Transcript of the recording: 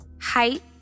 height